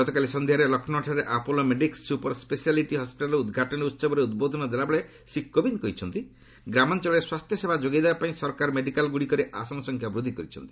ଗତକାଲି ସନ୍ଧ୍ୟାରେ ଲକ୍ଷ୍ନୌଠାରେ ଆପୋଲୋ ମେଡିକ୍ସ ସୁପର ସ୍କେସିଆଲିଟି ହସ୍କିଟାଲ୍ର ଉଦ୍ଘାଟନୀ ଉତ୍ବରେ ଉଦ୍ବୋଧନ ଦେଲାବେଳେ ଶ୍ରୀ କୋବିନ୍ଦ କହିଛନ୍ତି ଗ୍ରାମାଞ୍ଚଳରେ ସ୍ୱାସ୍ଥ୍ୟ ସେବା ଯୋଗାଇ ଦେବା ପାଇଁ ସରକାର ମେଡିକାଲ୍ଗୁଡ଼ିକରେ ଆସନ ସଂଖ୍ୟା ବୂଦ୍ଧି କରିଛନ୍ତି